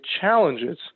challenges